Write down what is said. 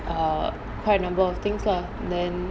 err quite a number of things lah then